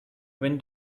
when